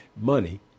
Money